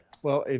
well if